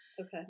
Okay